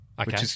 Okay